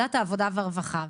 בוועדת העבודה והרווחה.